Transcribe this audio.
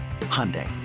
Hyundai